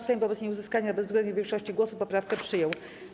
Sejm wobec nieuzyskania bezwzględnej większości głosów poprawkę przyjął.